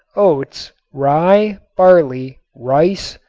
oats, rye, barley, rice,